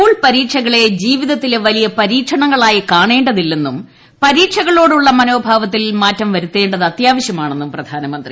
school പരീക്ഷകളെ ജീവിതത്തിലെ വലിയ പരീക്ഷണങ്ങളായി കാണേ തില്ലെന്നും പരീക്ഷകളോടുള്ള മനോഭാവത്തിൽ മാറ്റം വരുത്തേ അത്യാവശ്യമാണെന്നും പ്രധാനമന്ത്രി